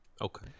Okay